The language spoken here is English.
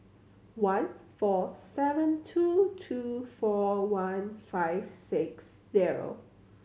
one four seven two two four one five six zero